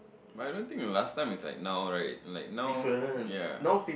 but I don't think the last time is like now right like now ya